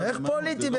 איך פוליטיים?